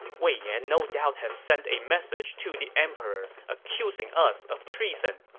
wei yan no doubt has sent a message to the emperor accusing us of treason.